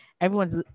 everyone's